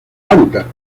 hábitat